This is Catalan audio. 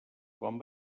quan